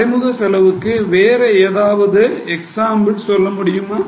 மறைமுக செலவுக்கு வேற ஏதாவது எக்ஸாம்பிள் சொல்ல முடியுமா